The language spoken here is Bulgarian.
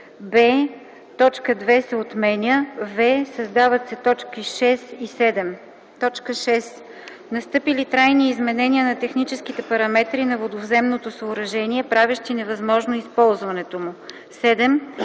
б) точка 2 се отменя; в) създават се т. 6 и 7: „6. настъпили трайни изменения на техническите параметри на водовземното съоръжение, правещи невъзможно използването му; 7.